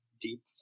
deep